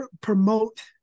promote